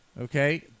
Okay